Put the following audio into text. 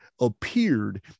appeared